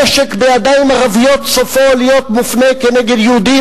נשק בידיים ערביות סופו להיות מופנה כנגד יהודי.